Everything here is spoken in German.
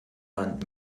land